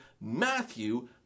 Matthew